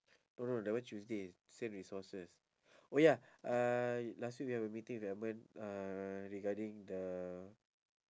no no that one tuesday send resources oh ya uh last week when we're meeting with edmund uh regarding the